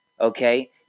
Okay